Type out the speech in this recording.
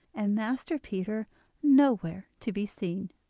and master peter nowhere to be seen.